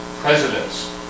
presidents